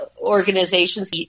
organizations